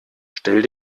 stell